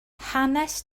hanes